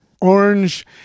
orange